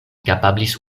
kapablis